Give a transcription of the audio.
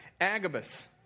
Agabus